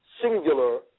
Singular